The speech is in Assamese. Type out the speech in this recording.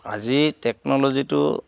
আজি টেকন'লজিটো